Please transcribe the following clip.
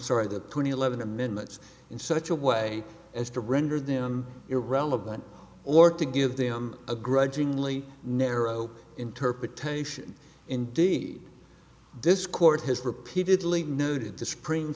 sorry the eleven amendments in such a way as to render them irrelevant or to give them a grudgingly narrow interpretation indeed this court has repeatedly noted to s